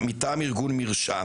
צעירים): פרדוקס.